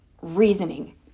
reasoning